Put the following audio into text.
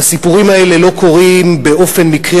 והסיפורים האלה לא קורים באופן מקרי,